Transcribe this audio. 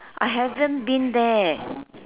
I haven't been there